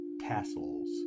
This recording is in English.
tassels